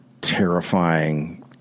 terrifying